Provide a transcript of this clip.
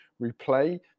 replay